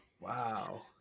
Wow